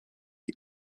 eat